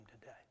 today